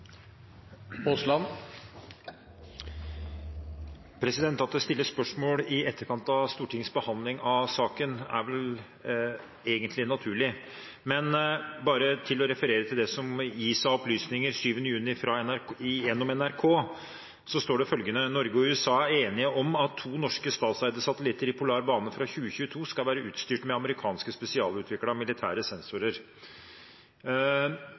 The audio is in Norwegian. vel egentlig naturlig, men jeg vil bare referere til det som ble gitt av opplysninger den 7. juni gjennom NRK, der det står følgende: «Norge og USA er enige om at to norske statseide satellitter i polar bane fra 2022 skal være utstyrt med amerikanske spesialutvikla militære sensorer.»